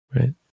right